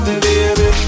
baby